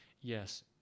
yes